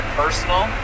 personal